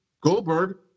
Goldberg